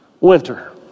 winter